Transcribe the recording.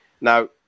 Now